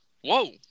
whoa